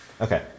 Okay